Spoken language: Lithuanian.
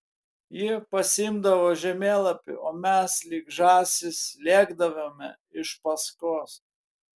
ji pasiimdavo žemėlapį o mes lyg žąsys lėkdavome iš paskos